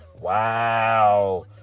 wow